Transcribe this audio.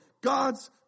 God's